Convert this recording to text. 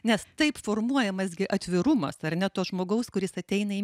nes taip formuojamas gi atvirumas ar ne to žmogaus kuris ateina į